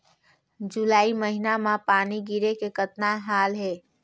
जुलाई महीना म पानी गिरे के कतना हाल हे?